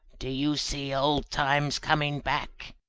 do you see old times coming back?